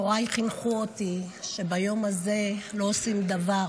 הוריי חינכו אותי שביום הזה לא עושים דבר